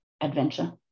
adventure